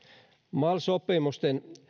mal sopimusten